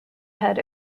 had